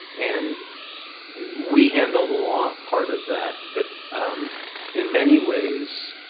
and we handle the law part of that but in many ways,